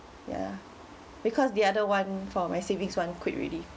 ya because the other one for my savings one quit already